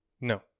No